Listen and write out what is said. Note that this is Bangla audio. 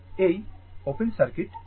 এটি ওপেন সার্কিট করা হয়